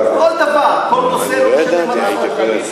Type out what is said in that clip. כדי שאסביר לכם, תודה.